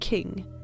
King-